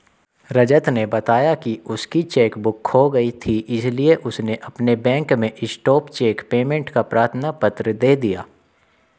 रजत ने बताया की उसकी चेक बुक खो गयी थी इसीलिए उसने अपने बैंक में स्टॉप चेक पेमेंट का प्रार्थना पत्र दे दिया